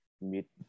meet